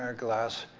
and glass,